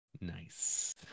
Nice